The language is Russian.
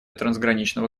трансграничного